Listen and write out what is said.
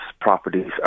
properties